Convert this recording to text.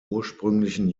ursprünglichen